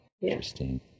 Interesting